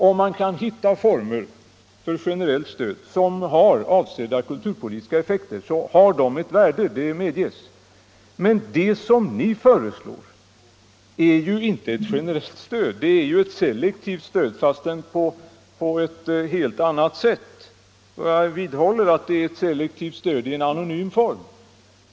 Om man kan hitta former för generellt stöd som har avsedda kulturpolitiska effekter, så har de ett värde — det medges. Men det som ni föreslår är ju inte ett generellt stöd, det är ett selektivt stöd, fastän på ett helt annat sätt. Jag vidhåller att det är ett selektivt stöd i en anonym form.